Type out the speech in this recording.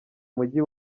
mujyi